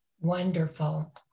Wonderful